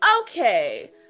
Okay